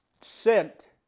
sent